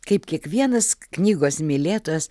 kaip kiekvienas knygos mylėtojas